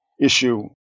issue